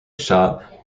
shot